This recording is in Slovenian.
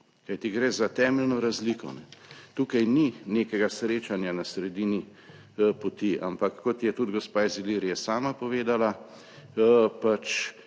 kajti gre za temeljno razliko. Tukaj ni nekega srečanja na sredini poti, ampak kot je tudi gospa iz Ilirije sama povedala,